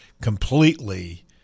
completely